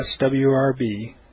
swrb